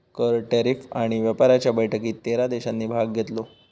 कर, टॅरीफ आणि व्यापाराच्या बैठकीत तेरा देशांनी भाग घेतलो